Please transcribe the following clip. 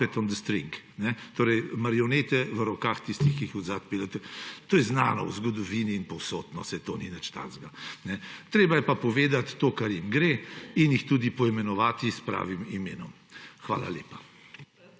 puppet on a string, torej marionete v rokah tistih, ki jih zadaj peljete. To je znano v zgodovini in povsod, no, saj to ni nič takega. Treba je pa povedati to, kar jim gre, in jih tudi poimenovati s pravim imenom. Hvala lepa.